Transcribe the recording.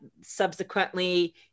subsequently